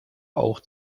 auch